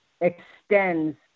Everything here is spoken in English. extends